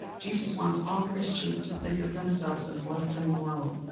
jesus wants all christians to think of themselves as lights in the world.